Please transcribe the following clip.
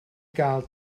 gael